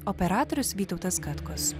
operatorius vytautas katkus